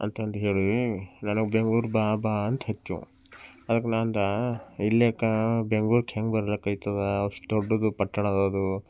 ಅಂತ ಅಂದು ಹೇಳಿ ನನಗೆ ಬೆಂಗ್ಳೂರು ಬಾ ಬಾ ಅಂತ ಹೆಚ್ಚು ಅದಕ್ಕೆ ನಾನು ಅಂದ ಇಲ್ಲೇಕ ಬೆಂಗ್ಳೂರು ಹೆಂಗೆ ಬರ್ಲಿಕ್ಕೆ ಆಯ್ತದ ಅಷ್ಟು ದೊಡ್ಡದು ಪಟ್ಟಣ ಅದು